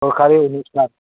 सोरखारि अनुस्थान